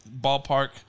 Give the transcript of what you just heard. ballpark